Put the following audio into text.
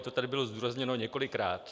To tady bylo zdůrazněno několikrát.